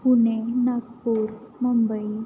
Pune Nagpur Mumbai